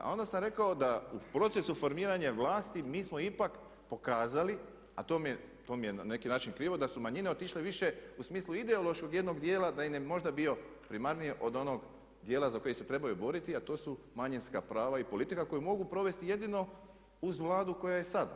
A onda sam rekao da u procesu formiranja vlasti mi smo ipak pokazali, a to mi je na neki način krivo da su manjine otišle više u smislu ideološkog jednog dijela da im je možda bilo primarnije od onog dijela za koji se trebaju boriti, a to su manjinska prava i politika koju mogu provesti jedino uz Vladu koja je sada.